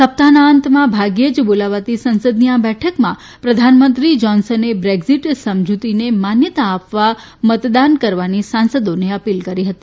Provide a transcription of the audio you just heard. સપ્તાહના અંતમાં ભાગ્યે જ બોલાવાતી સંસદની આ બેઠકમાં પ્રધાનમંત્રી જોનસને બ્રેક્ઝીટ સમજૂતીને માન્યતા આપવા મતદાન કરવાની સાંસદોને અપીલ કરી હતી